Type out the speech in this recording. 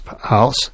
house